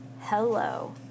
Hello